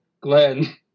Glenn